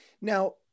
Now